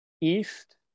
east